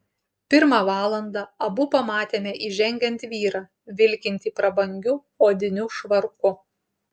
pirmą valandą abu pamatėme įžengiant vyrą vilkintį prabangiu odiniu švarku